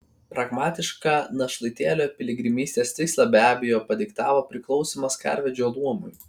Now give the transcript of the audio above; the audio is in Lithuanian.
pragmatišką našlaitėlio piligrimystės tikslą be abejo padiktavo priklausymas karvedžio luomui